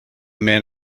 man